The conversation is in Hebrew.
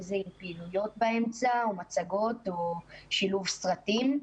אם זה עם פעילויות באמצע או מצגות או שילוב סרטים.